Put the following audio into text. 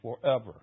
forever